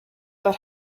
but